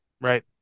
Right